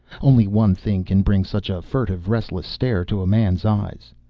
only one thing can bring such a furtive, restless stare to a man's eyes.